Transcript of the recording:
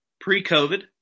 pre-COVID